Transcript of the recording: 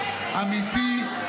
אמיתי,